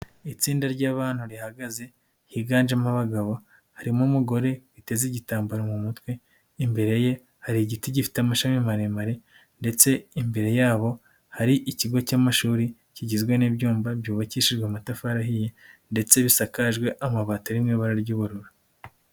Itsinda ry'abana rihagaze, higanjemo abagabo, harimo umugore witeze igitambaro mu mutwe. Imbere ye hari igiti gifite amashami maremare ndetse imbere yabo hari ikigo cy'amashuri kigizwe n'ibyuma byubakishijwe amatafariye ndetse bisakajwe amabati ari mu ibara ry'ubururu